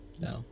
no